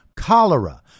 Cholera